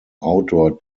outdoor